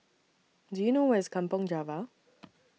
Do YOU know Where IS Kampong Java